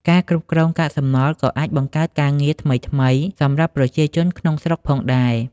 ការគ្រប់គ្រងកាកសំណល់ក៏អាចបង្កើតការងារថ្មីៗសម្រាប់ប្រជាជនក្នុងស្រុកផងដែរ។